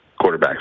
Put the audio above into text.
quarterbacks